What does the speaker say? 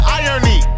irony